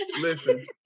Listen